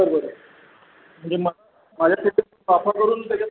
बरं बरं म्हणजे मा माझ्याकडे वापर करून त्याच्यात